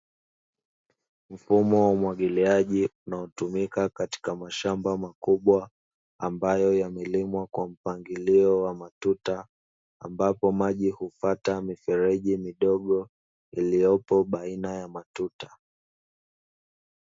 Mfumo wa umwagiliaji unaotumika katika mashamba makubwa, ambayo yamelimwa kwa mpangilio wa matuta ambapo maji hufuata mifereji midogo iliyopo baina ya matuta.